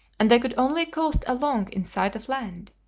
and they could only coast along in sight of land,